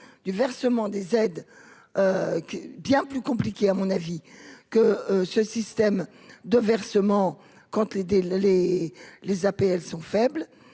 du versement des aides qui bien plus compliqué à mon avis, que ce système de versement quand aider les les les APL sont faibles